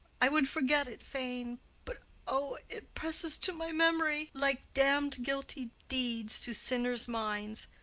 i would forget it fain but o, it presses to my memory like damned guilty deeds to sinners' minds!